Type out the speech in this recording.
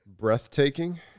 breathtaking